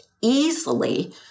easily